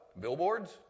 Billboards